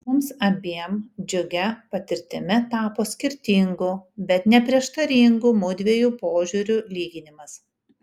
mums abiem džiugia patirtimi tapo skirtingų bet ne prieštaringų mudviejų požiūrių lyginimas